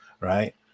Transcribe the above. Right